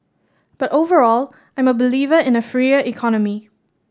but overall I'm a believer in a freer economy